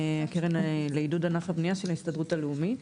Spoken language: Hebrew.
הקרן לעידוד ענף הבנייה של ההסתדרות הלאומית.